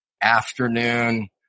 afternoon